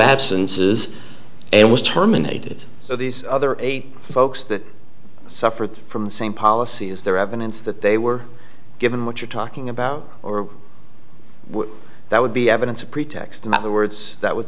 absences and was terminated for these other eight folks that suffer from the same policy is there evidence that they were given what you're talking about or that would be evidence of pretext not the words that would